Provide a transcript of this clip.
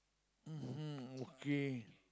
mmhmm okay